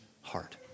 heart